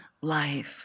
life